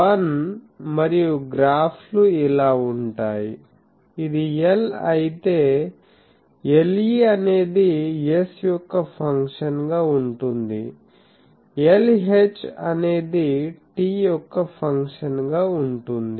0 మరియు గ్రాఫ్లు ఇలా ఉంటాయి ఇది L అయితే Le అనేది s యొక్క ఫంక్షన్గా ఉంటుంది Lh అనేది t యొక్క ఫంక్షన్గా ఉంటుంది